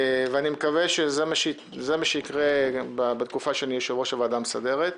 אני מקווה שזה מה שיקרה בתקופה שאני יושב-ראש הוועדה המסדרת.